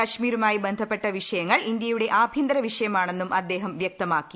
കാശ്മീരുമായി ബന്ധപ്പെട്ട വിഷയങ്ങൾ ഇന്ത്യയുടെ ആഭ്യന്തര വിഷയമാണെന്നും അദ്ദേഹം വ്യക്തമാക്കി